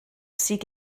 sydd